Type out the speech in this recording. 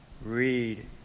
read